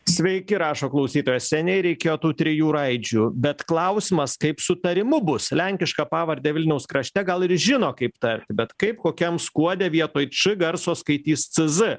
sveiki rašo klausytojas seniai reikėjo tų trijų raidžių bet klausimas kaip su tarimu bus lenkišką pavardę vilniaus krašte gal ir žino kaip tarti bet kaip kokiam skuode vietoj č garso skaitys cz